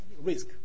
risk